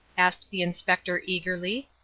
asked the inspector eagerly.